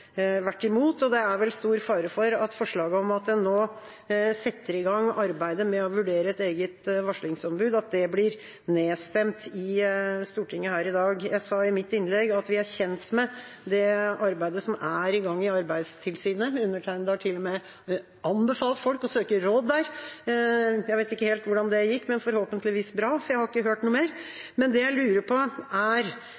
imot. Det er vel stor fare for at forslaget om at en nå setter i gang arbeidet med å vurdere et eget varslingsombud blir nedstemt i Stortinget her i dag. Jeg sa i mitt innlegg at vi er kjent med det arbeidet som er i gang i Arbeidstilsynet. Undertegnede har til og med anbefalt folk å søke råd der. Jeg vet ikke helt hvordan det gikk, men forhåpentligvis bra, for jeg har ikke hørt noe mer.